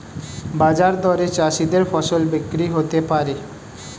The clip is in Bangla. বাজার দরে চাষীদের ফসল বিক্রি হতে পারে